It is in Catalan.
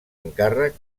encàrrec